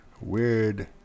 weird